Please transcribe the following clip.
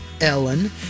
Ellen